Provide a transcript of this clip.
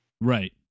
Right